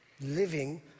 living